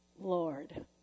Lord